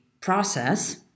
process